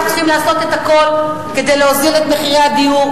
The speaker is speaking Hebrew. אנחנו צריכים לעשות הכול כדי להוזיל את מחירי הדיור,